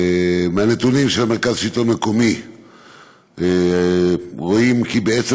מהנתונים של מרכז השלטון המקומי רואים כי בעצם